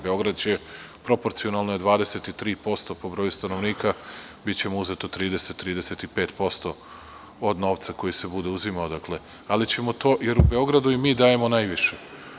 Beograd je proporcionalno 23% po broju stanovnika, mi ćemo uzeti 30-35% od novca koji se bude uzimao, jer Beogradu i mi dajemo najviše.